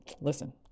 listen